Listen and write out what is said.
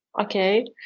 okay